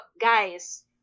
guys